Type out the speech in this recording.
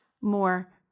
more